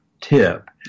tip